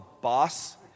boss